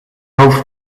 hoofd